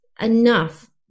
enough